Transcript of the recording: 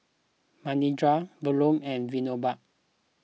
Manindra Bellur and Vinoba